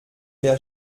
der